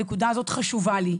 הנקודה הזאת חשובה לי.